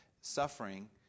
suffering